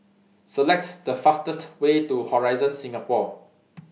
Select The fastest Way to Horizon Singapore